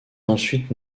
ensuite